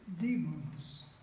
demons